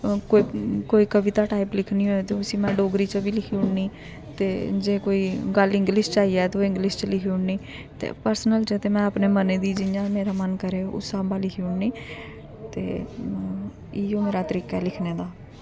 कोई कवता टाइप लिखनी होऐ ते में उसी डोगरी च बी लिखी ओड़नी ते जे कोई गल्ल इंग्लिश च आई जा ते ओह् में इंग्लिश च लिखी ओड़नी ते पर्सनल च ते में अपने मनै दी जि'यां मेरा मन करै में उस स्हाबा लिखी ओड़नी ते इ'यो मेरा तरीका ऐ लिखने दा